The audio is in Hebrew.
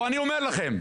או שאני אומר לכם,